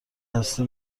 هستی